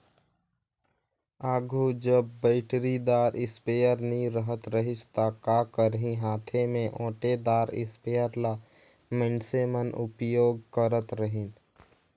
आघु जब बइटरीदार इस्पेयर नी रहत रहिस ता का करहीं हांथे में ओंटेदार इस्परे ल मइनसे मन उपियोग करत रहिन